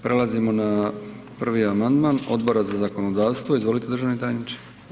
Prelazimo na prvi amandman Odbora za zakonodavstvo, izvolite državni tajniče.